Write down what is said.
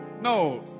no